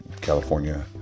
California